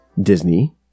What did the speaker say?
Disney